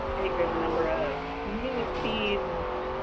i think there's a number of newsfeeds,